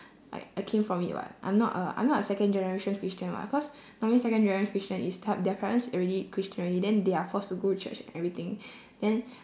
like I came from it [what] I'm not a I'm not a second generation christian [what] cause normally second generation christian is their parents already christian already then they are forced to go to church and everything then